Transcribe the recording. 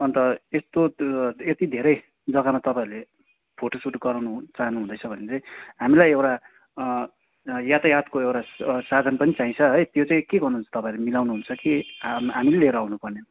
अन्त यस्तो त यति धेरै जग्गामा त तपाईँहरूले फोटोसुट गराउनु चाहनु हुँदैछ भने चाहिँ हामीलाई एउटा यातायातको एउटा साधन पनि चाहिन्छ है त्यो चाहिँ के भन्नु हुन्छ तपाईँले मिलाउनु हुन्छ कि आम हामीले लिएर आउनुपर्ने हो